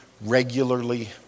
regularly